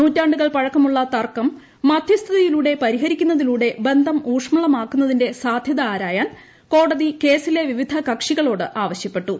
നൂറ്റാണ്ടുകൾ പഴക്കമുള്ള തർക്കം മധ്യസ്ഥതയിലൂടെ പരിഹരിക്കുന്നതിലൂടെ ബന്ധം ഉൌഷ്മളമാക്കുന്നതിന്റെ സാധ്യത ആരായാൻ കോടതി കേസ്സിലെ വിവിധ കക്ഷികളോട് ആവശ്യപ്പെട്ടു